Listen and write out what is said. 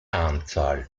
anzahl